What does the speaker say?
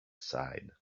sighed